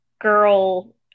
girl